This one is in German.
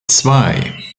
zwei